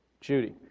Judy